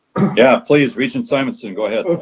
yeah please, regent simonson, go ahead.